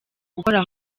gukora